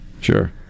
Sure